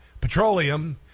petroleum